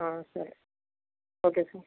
ఆ సరే okay sir